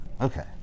Okay